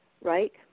right